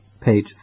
Page